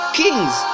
kings